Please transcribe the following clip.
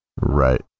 Right